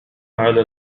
على